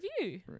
review